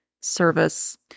service